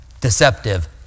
deceptive